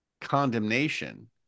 condemnation